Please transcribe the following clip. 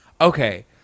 Okay